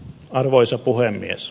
arvoisa puhemies